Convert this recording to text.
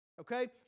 Okay